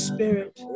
Spirit